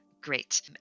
great